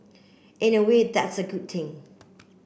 in a way that's a good thing